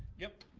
yep,